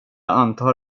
antar